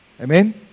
Amen